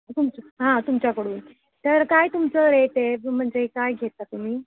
तुमचं हां तुमच्याकडून तर काय तुमचं रेट आहे म्हणजे काय घेता तुम्ही